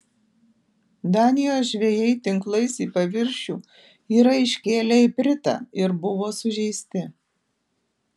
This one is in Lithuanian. danijos žvejai tinklais į paviršių yra iškėlę ipritą ir buvo sužeisti